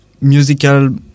Musical